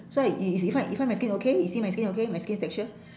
so y~ you you find you find my skin okay you see my skin okay my skin texture